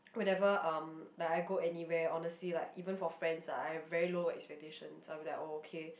whenever um like I go anywhere honestly like even for friends I have very low expectations I'll be like oh okay